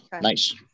Nice